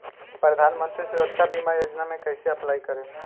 प्रधानमंत्री सुरक्षा बीमा योजना मे कैसे अप्लाई करेम?